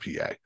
PA